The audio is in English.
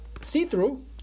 see-through